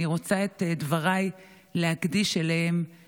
אני רוצה להקדיש את דבריי להם.